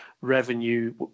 revenue